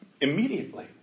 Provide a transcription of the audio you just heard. immediately